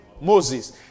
Moses